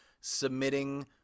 submitting